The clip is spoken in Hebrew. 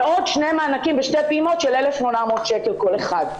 ועוד שני מענקים בשתי פעימות של 1,800 שקל כל אחד.